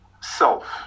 self